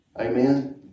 Amen